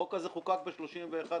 החוק הזה חוקק ב-31 בדצמבר.